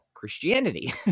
Christianity